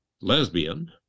lesbian